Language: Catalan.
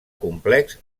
complex